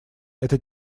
это